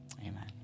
Amen